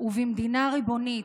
ובמדינה ריבונית.